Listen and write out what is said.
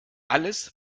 alles